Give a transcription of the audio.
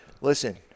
listen